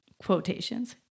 Quotations